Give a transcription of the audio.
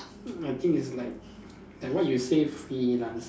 I think it's like like what you say freelance ah